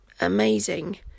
amazing